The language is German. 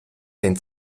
den